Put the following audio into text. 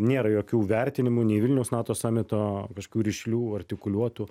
nėra jokių vertinimų nei vilniaus nato samito kažkokių rišlių artikuliuotų